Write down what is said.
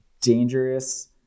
dangerous